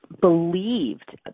believed